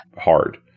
hard